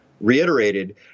reiterated